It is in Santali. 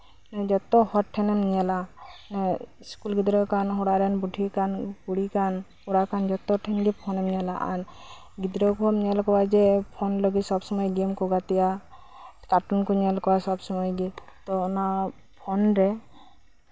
ᱡᱚᱛᱚ ᱦᱚᱲ ᱴᱷᱮᱱᱮᱢ ᱧᱮᱞᱟ ᱮᱸᱜ ᱤᱥᱠᱩᱞ ᱜᱤᱫᱽᱨᱟᱹ ᱠᱟᱱ ᱮᱸᱜ ᱚᱲᱟᱜ ᱨᱮᱱ ᱵᱩᱰᱷᱤ ᱠᱟᱱ ᱠᱩᱲᱤ ᱠᱟᱱ ᱠᱚᱲᱟ ᱠᱟᱱ ᱡᱚᱛᱚ ᱴᱷᱮᱱ ᱜᱮ ᱯᱷᱳᱱᱮᱢ ᱧᱮᱞᱟ ᱟᱨ ᱜᱤᱫᱽᱨᱟᱹ ᱠᱚᱵᱚᱱ ᱧᱮᱞ ᱠᱟᱣᱟ ᱡᱮ ᱯᱷᱳᱱ ᱞᱟ ᱜᱤᱫ ᱥᱚᱵᱼᱥᱚᱢᱚᱭ ᱜᱮᱢ ᱠᱚ ᱜᱟᱛᱮᱜᱼᱟ ᱠᱟᱨᱴᱩᱱ ᱠᱚ ᱧᱮᱞ ᱠᱚᱣᱟ ᱥᱚᱵᱼᱥᱚᱢᱚᱭ ᱜᱮ ᱛᱚ ᱚᱱᱟ ᱯᱷᱳᱱ ᱨᱮ